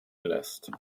lässt